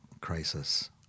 crisis